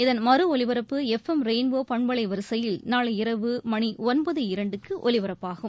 இதன் மறு ஒலிபரப்பு எஃப் எம் ரெயின்போ பண்பலை வரிசையில் நாளை இரவு மணி ஒன்பது இரண்டுக்கு ஒலிபரப்பாகும்